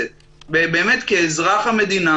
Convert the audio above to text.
או סוגיות כאלה,